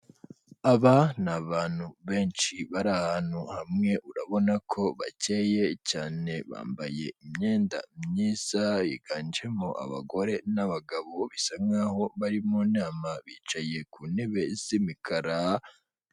Aba ni abantu benshi bari ahantu hamwe, urabona ko bakeye cyane, bambaye imyenda myiza, higanjemo abagore n'abagabo bisa nkaho bari mu nama, bicaye ku ntebe z'imikara...